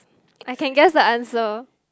I can guess the answer